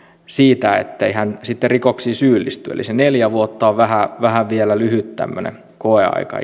siitä ettei hän sitten rikoksiin syyllisty eli se neljä vuotta on vähän vähän vielä lyhyt tämmöinen koeaika